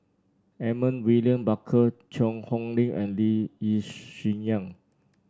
Edmund William Barker Cheang Hong Lim and Lee Yi Shyan